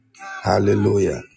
hallelujah